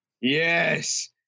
Yes